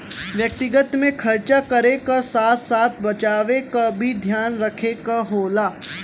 व्यक्तिगत में खरचा करे क साथ साथ बचावे क भी ध्यान रखे क होला